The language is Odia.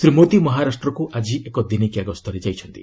ଶ୍ରୀ ମୋଦି ମହାରାଷ୍ଟ୍ରକୁ ଆଜି ଏକ ଦିନିକିଆ ଗସ୍ତରେ ଯାଇଛନ୍ତି